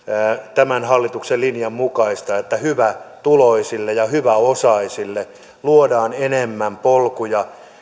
tämän hallituksen linjan mukaista että hyvätuloisille ja hyväosaisille luodaan enemmän polkuja